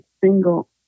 single